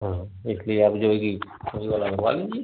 हाँ इसलिए आप जो है कि लगवा लीजिए